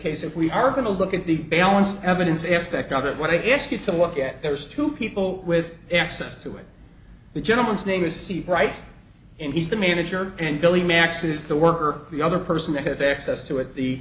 case if we are going to look at the balance of evidence aspect of it what i ask you to look at there's two people with access to it but gentleman's name is see right and he's the manager and billy max's the worker the other person that have access to it the